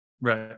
Right